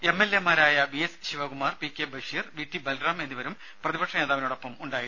M L A മാരായ V S Sivakumar P K Basheer V T Balram എന്നിവരും പ്രതിപക്ഷനേതാവിനോടൊപ്പമുണ്ടായിരുന്നു